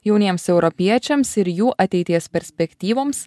jauniems europiečiams ir jų ateities perspektyvoms